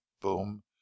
boom